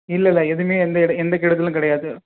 இல்லை இல்லை எதுவுமே எந்து எடு எந்த கெடுதலும் கிடையாது